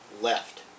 left